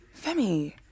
Femi